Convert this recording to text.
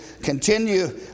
continue